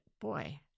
boy